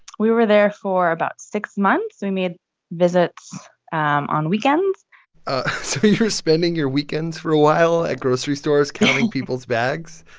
we were there for about six months. we made visits on weekends so you're spending your weekends, for a while, at grocery stores, counting people's bags?